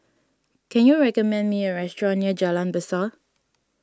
can you recommend me a restaurant near Jalan Besar